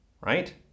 Right